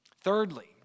Thirdly